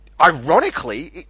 ironically